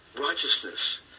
righteousness